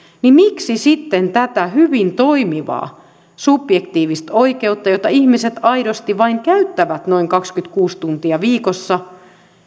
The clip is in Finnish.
niin miksi sitten tätä hyvin toimivaa subjektiivista oikeutta jota ihmiset aidosti käyttävät vain noin kaksikymmentäkuusi tuntia viikossa